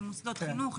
למוסדות חינוך,